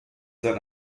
sein